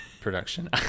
production